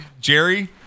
Jerry